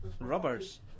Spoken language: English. Rubbers